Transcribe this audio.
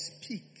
speak